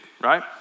right